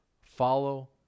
follow